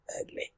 ugly